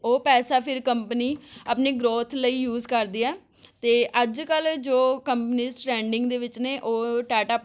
ਉਹ ਪੈਸਾ ਫਿਰ ਕੰਪਨੀ ਆਪਣੀ ਗਰੋਥ ਲਈ ਯੂਜ ਕਰਦੀ ਆ ਅਤੇ ਅੱਜ ਕੱਲ੍ਹ ਜੋ ਕਮਨਿਸਟ ਟਰੈਂਡਿੰਗ ਦੇ ਵਿੱਚ ਨੇ ਉਹ ਟਾਟਾ